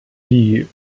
wie